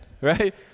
Right